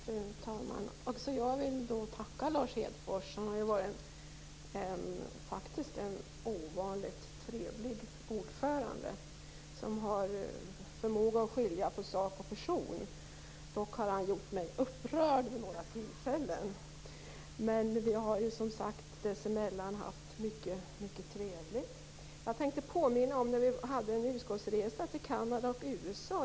Fru talman! Också jag vill tacka Lars Hedfors. Han har faktiskt varit en ovanligt trevlig ordförande, som har förmåga att skilja på sak och person. Dock har han gjort mig upprörd vid några tillfällen. Men vi har som sagt dessemellan haft mycket trevligt. Jag tänkte påminna om när vi gjorde en utskottsresa till Kanada och USA.